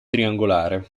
triangolare